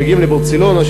לברצלונה,